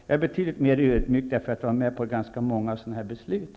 Jag är betydligt mer ödmjuk, därför att jag har varit med om många sådana beslut.